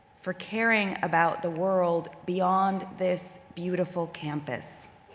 for caring about the world beyond this beautiful campus.